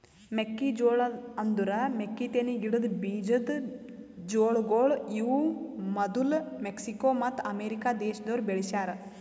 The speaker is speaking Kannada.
ಮೆಕ್ಕಿ ಜೋಳ ಅಂದುರ್ ಮೆಕ್ಕಿತೆನಿ ಗಿಡದ್ ಬೀಜದ್ ಜೋಳಗೊಳ್ ಇವು ಮದುಲ್ ಮೆಕ್ಸಿಕೋ ಮತ್ತ ಅಮೇರಿಕ ದೇಶದೋರ್ ಬೆಳಿಸ್ಯಾ ರ